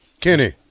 Kenny